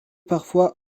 parfois